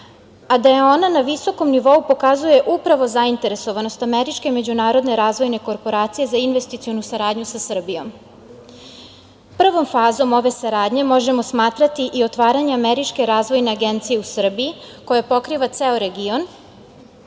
a da je ona na visokom nivou pokazuje upravo zainteresovanost Američke međunarodne razvojne korporacije za investicionu saradnju sa Srbijom. Prvom fazom ove saradnje možemo smatrati i otvaranje Američke razvojne agencije u Srbiji, koja pokriva ceo region,